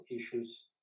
issues